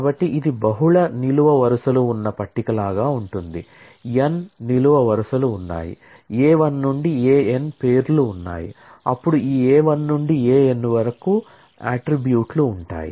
కాబట్టి ఇది బహుళ నిలువు వరుసలు ఉన్న పట్టిక లాగా ఉంటుంది n నిలువు వరుసలు ఉన్నాయి A 1 నుండి A n పేర్లు ఉన్నాయి అప్పుడు ఈ A 1 నుండి A n వరకు అట్ట్రిబ్యూట్ లు ఉంటాయి